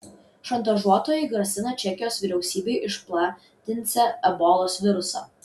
šantažuotojai grasina čekijos vyriausybei išplatinsią ebolos virusą